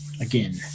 again